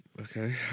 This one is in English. Okay